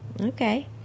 Okay